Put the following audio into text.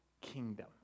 kingdom